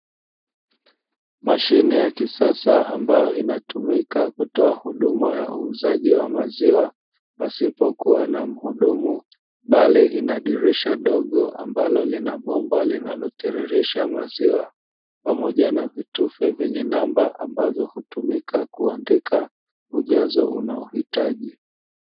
Mashine ya kisasa ambayo inatumika kutoa huduma ya uuzaji wa maziwa pasipokuwa na mhudumu, bali inadirisha dogo ambalo linabomba linalotiririsha maziwa pamoja na vitufe vya namba vinavyotumika kuandika ujazo unaohitaji.